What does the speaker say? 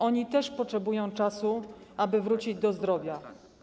Oni też potrzebują czasu, aby wrócić do zdrowia.